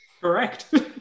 Correct